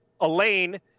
Elaine